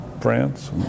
France